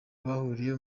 bahuriye